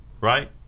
right